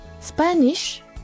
Spanish